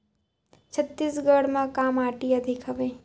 छत्तीसगढ़ म का माटी अधिक हवे?